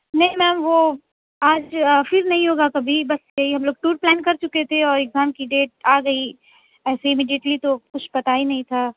نہیں میم وہ آج پھر نہیں ہوگا کبھی بس یہی ہم لوگ ٹور پلان کر چکے تھے اور ایگزام کی ڈیٹ آ گئی ایسی امیڈیئٹلی تو کچھ پتا ہی نہیں تھا